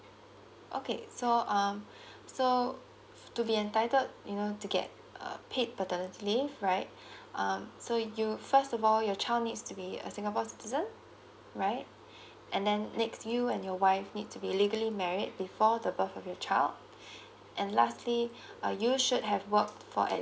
okay so um so to be entitled you know to get uh paid paternity leave right um so you first of all your child needs to be a singapore citizen right and then next you and your wife need to be legally married before the birth of the child and lastly uh you should have worked for at